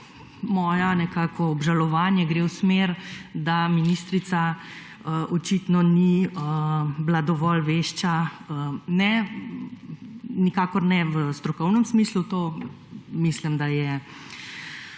moja nekako obžalovanje gre v smer, da ministrica očitno ni bila dovolj vešča nikakor ne v strokovnem smislu to mislim, da je bila